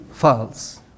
false